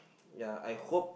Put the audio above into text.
ya I hope